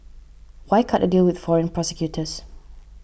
why cut a deal with foreign prosecutors